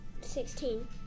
Sixteen